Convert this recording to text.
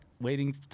waiting